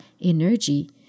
energy